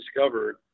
discovered